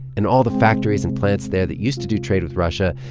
and all the factories and plants there that used to do trade with russia,